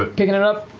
ah picking it up.